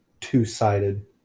two-sided